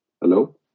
hello